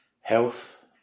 Health